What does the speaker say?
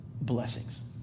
blessings